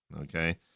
Okay